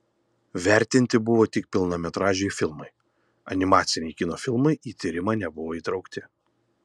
vertinti buvo tik pilnametražiai filmai animaciniai kino filmai į tyrimą nebuvo įtraukti